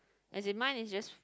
as in mine is just